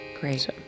Great